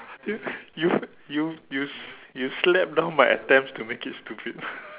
dude you you you you slap down my attempts to make it stupid